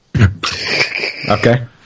Okay